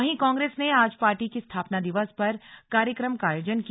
वहीं कांग्रेस ने आज पार्टी की स्थापना दिवस पर कार्यक्रम का आयोजन किया